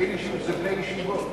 ביינישים זה בני-ישיבות.